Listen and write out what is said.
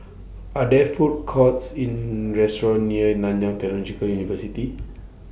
Are There Food Courts in near Nanyang Technological University